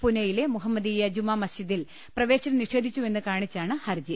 പൂനൈയിലെ മുഹമ്മദീയ ജുമാ മസ്ജിദിൽ പ്രവേശനം നിഷേധി ച്ചുവെന്ന് കാണിച്ചാണ് ഹർജി